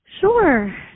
Sure